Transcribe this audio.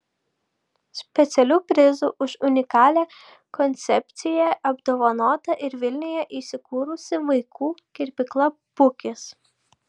specialiu prizu už unikalią koncepciją apdovanota ir vilniuje įsikūrusi vaikų kirpykla pukis